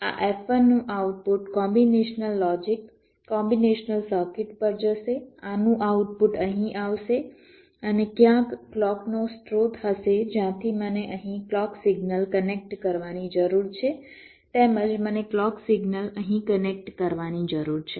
તેથી આ F1 નું output combinational logic combinational circuit પર જશે આનું આઉટપુટ અહીં આવશે અને ક્યાંક ક્લૉકનો સ્રોત હશે જ્યાંથી મને અહીં ક્લૉક સિગ્નલ કનેક્ટ કરવાની જરૂર છે તેમજ મને ક્લૉક સિગ્નલ અહીં કનેક્ટ કરવાની જરૂર છે